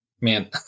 man